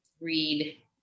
read